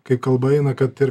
kai kalba eina kad ir